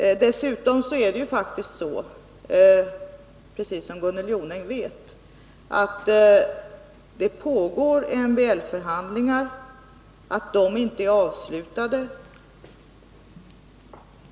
Dessutom är det faktiskt så, som Gunnel Jonäng vet, att det pågår MBL-förhandlingar, som alltså inte är avslutade.